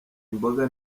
imboga